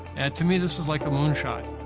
and to me, this is like a moonshot.